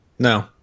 No